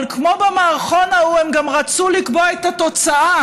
אבל כמו במערכון ההוא, הם גם רצו לקבוע את התוצאה.